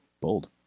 Bold